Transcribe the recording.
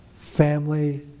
family